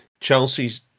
Chelsea's